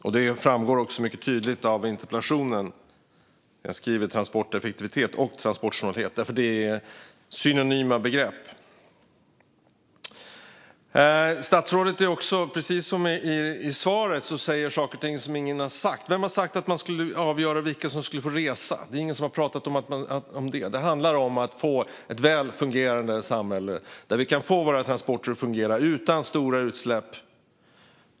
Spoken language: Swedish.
Av interpellationen, där jag skriver om transporteffektivitet och transportsnålhet, framgår mycket tydligt att det är synonyma begrepp. Precis som i svaret talar statsrådet om saker som ingen har sagt. Vem har talat om att avgöra vilka som ska få resa? Det är ingen som har pratat om det, utan det handlar om att få ett välfungerande samhälle där vi kan få våra transporter att fungera utan stora utsläpp.